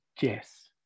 yes